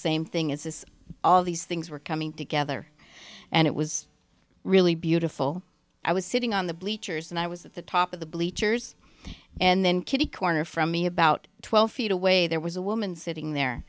same thing is this all these things were coming together and it was really beautiful i was sitting on the bleachers and i was at the top of the bleachers and then kitty corner from me about twelve feet away there was a woman sitting there